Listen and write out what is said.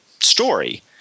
story